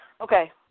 Okay